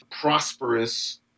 prosperous